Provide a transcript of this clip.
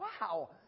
wow